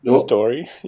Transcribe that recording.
story